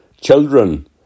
children